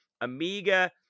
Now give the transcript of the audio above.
Amiga